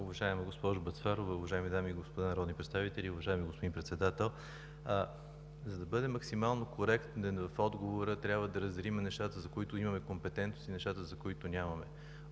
Уважаема госпожо Бъчварова, уважаеми дами и господа народни представители, уважаеми господин Председател! За да бъда максимално коректен в отговора, трябва да разделим нещата, за които имаме компетентност и нещата, за които нямаме.